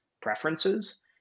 preferences